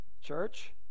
Church